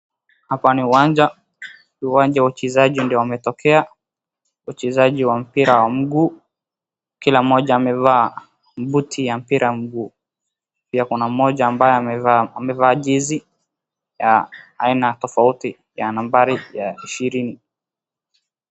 Hapa ni uwanja. Uwanja wachezaji ndio wametokea. Wachezaji wa mpira mguu. Kila mmoja amevaa buti ya mpira wa mguu, pia kuna mmoja ambaye amevaa jezi ya aina tofauti ya nambari ya ishirini.